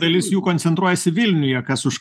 dalis jų koncentruojasi vilniuje kas už